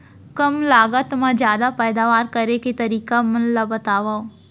कम लागत मा जादा पैदावार करे के तरीका मन ला बतावव?